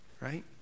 right